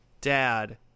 dad